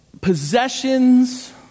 possessions